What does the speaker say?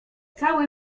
cały